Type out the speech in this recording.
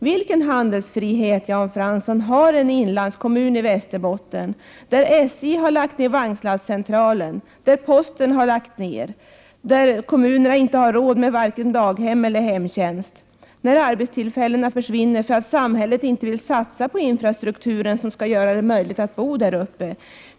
Vilken handlingsfrihet, Jan Fransson, har en inlandskommun i Västerbotten, där SJ har lagt ner vagnslastcentralen, där posten har lagts ner, där kommunen inte har råd med vare sig daghem eller hemtjänst, när arbetstillfällena försvinner för att samhället inte vill satsa på infrastrukturen som skall göra det möjligt att bo där uppe?